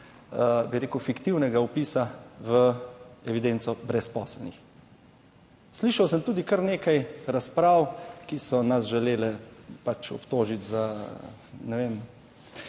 bi rekel, fiktivnega vpisa v evidenco brezposelnih. Slišal sem tudi kar nekaj razprav, ki so nas želele pač obtožiti za, ne vem